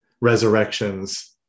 Resurrections